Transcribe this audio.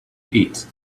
eat